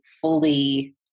fully